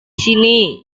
sini